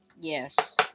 Yes